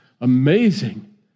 Amazing